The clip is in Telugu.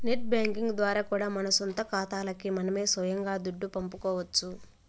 నెట్ బ్యేంకింగ్ ద్వారా కూడా మన సొంత కాతాలకి మనమే సొయంగా దుడ్డు పంపుకోవచ్చు